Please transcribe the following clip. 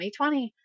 2020